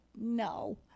no